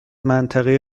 منطقه